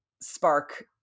spark